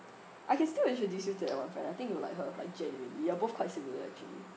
I can still introduce you to that one friend I think you'll like her like genuinely you are both quite similar actually